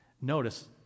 Notice